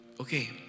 Okay